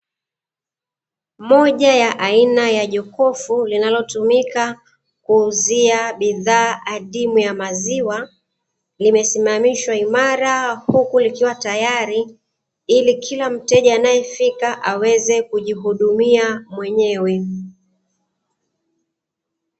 Moja ya aina ya jokofu linalotumika kuuzia bidhaa adimu ya maziwa, limesimamishwa imara, huku likiwa tayari ili kila mteja anayefika aweze kujihudumia mwenyewe.